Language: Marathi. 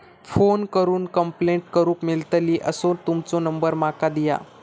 फोन करून कंप्लेंट करूक मेलतली असो तुमचो नंबर माका दिया?